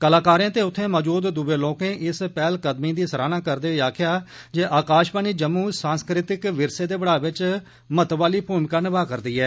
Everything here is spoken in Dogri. कलाकारें ते उत्थें मौजूद दूये लोकें इस पैह्लकदमी दी सराहना करदे होई आक्खेया जे आकाशवाणी जम्मू सांस्कृतिक विरसे दे बड़ावे च महत्व आहली भूमिका निभा करदी ऐ